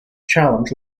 challenge